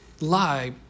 lie